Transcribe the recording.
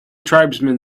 tribesman